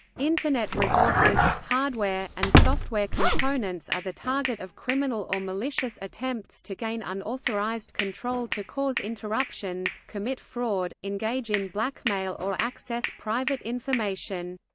internet resources, hardware, and software components are the target of criminal or malicious attempts to gain unauthorized control to cause interruptions, commit fraud, engage in blackmail or access private information.